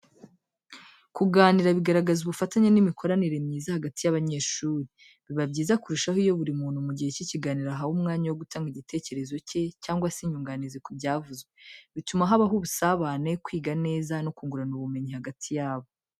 Kuganira bigaragaza ubufatanye n'imikoranire myiza hagati y'abanyeshuri. Biba byiza kurushaho iyo buri muntu mu gihe cy'ikiganiro ahawe umwanya wo gutanga igitekerezo cye cyangwa se inyunganizi ku byavuzwe, bituma habaho ubusabane, kwiga neza, no kungurana ubumenyi hagati yabo.